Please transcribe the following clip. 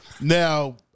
Now